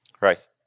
Rice